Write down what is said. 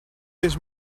this